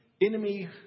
enemy